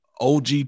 OG